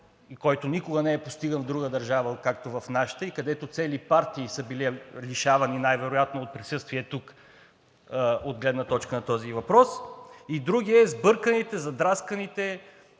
който никога не е постиган в друга държава, както в нашата, и където цели партии са били лишавани най-вероятно от присъствие тук от гледна точка на този въпрос. Другият е сбърканите, задрасканите